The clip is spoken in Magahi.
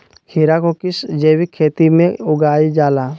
खीरा को किस जैविक खेती में उगाई जाला?